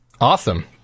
Awesome